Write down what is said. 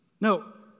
No